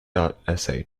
dot